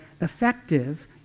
effective